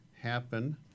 happen